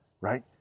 right